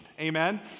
amen